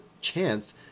chance